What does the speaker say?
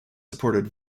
supported